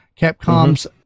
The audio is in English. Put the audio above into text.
Capcom's